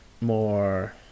more